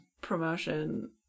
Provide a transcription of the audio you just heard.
promotion